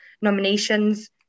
nominations